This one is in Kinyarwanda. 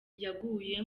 yaguye